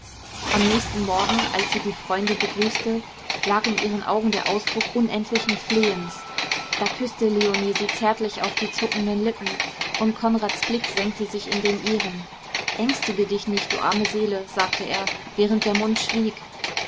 am nächsten morgen als sie die freunde begrüßte lag in ihren augen der ausdruck unendlichen flehens da küßte leonie sie zärtlich auf die zuckenden lippen und konrads blick senkte sich in den ihren ängstige dich nicht du arme seele sagte er während der mund schwieg